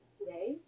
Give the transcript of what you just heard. today